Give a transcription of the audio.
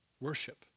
Worship